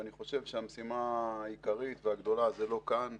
המשימה העיקרית והגדולה לא כאן,